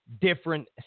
different